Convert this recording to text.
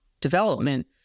development